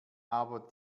aber